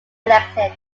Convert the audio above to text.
elected